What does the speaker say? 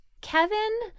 Kevin